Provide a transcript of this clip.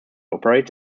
operate